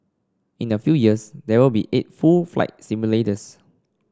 in a few years there will be eight full flight simulators